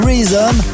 Reason